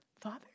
Father